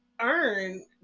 Earn